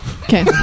Okay